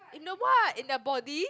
in the what in the body